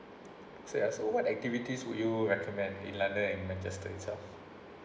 so ya so what activities would you recommend in london and manchester itself